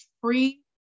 free